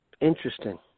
Interesting